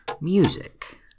Music